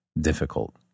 difficult